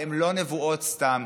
והן לא נבואות סתם,